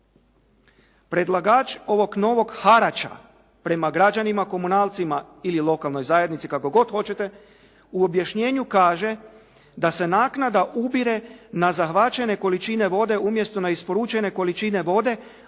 Predlagač ovog novog harača prema građanima komunalcima ili lokalnoj zajednici kako god hoćete, u objašnjenju kaže da se naknada ubire na zahvaćene količine vode umjesto na isporučene količine vode,